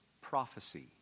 prophecy